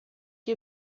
you